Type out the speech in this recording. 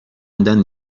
ماندن